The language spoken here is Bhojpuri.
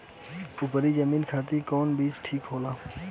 उपरी जमीन खातिर कौन बीज ठीक होला?